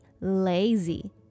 lazy